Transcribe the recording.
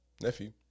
nephew